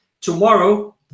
tomorrow